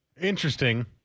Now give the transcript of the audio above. Interesting